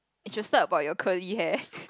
is should start about your curly hair